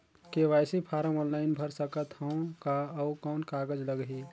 KYC form online भर सकत हवं का? अउ कौन कागज लगही?